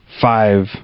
five